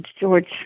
George